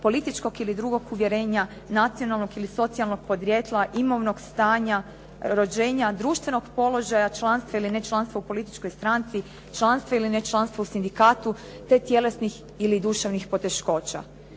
političkog ili drugog uvjerenja, nacionalnog ili socijalnog podrijetla, rođenja, društvenog položaja, članstva ili nečlanstva u političkoj stranci, članstva ili nečlanstva u sindikatu te tjelesnih ili duševnih poteškoća.